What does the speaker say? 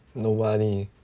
no money oh